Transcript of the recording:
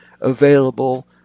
available